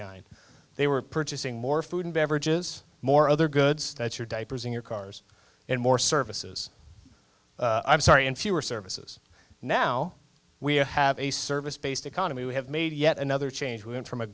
nine they were purchasing more food and beverages more other goods that's your diapers in your cars and more services i'm sorry and fewer services now we have a service based economy we have made yet another change we went from a